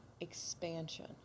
expansion